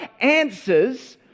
answers